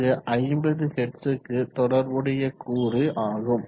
இங்கு 50 ஹெர்ட்ஸ் க்கு தொடர்புடைய கூறு ஆகும்